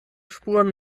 spuren